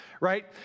right